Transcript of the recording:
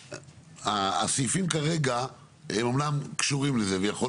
הסעיפים כרגע אומנם קשורים לזה ויכול